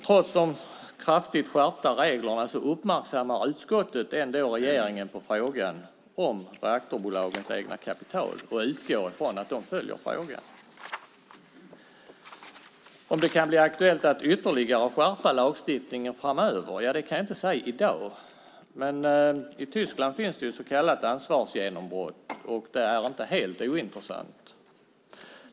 Trots de kraftigt skärpta reglerna uppmärksammar utskottet ändå regeringen på frågan om reaktorbolagens egna kapital och utgår från att de följer frågan. Om det kan bli aktuellt att ytterligare skärpa lagstiftningen framöver kan jag inte säga i dag, men i Tyskland finns ett så kallat ansvarsgenombrott som inte är helt ointressant.